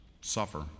suffer